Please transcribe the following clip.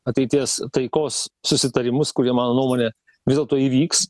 ateities taikos susitarimus kurie mano nuomone vis dėlto įvyks